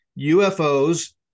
UFOs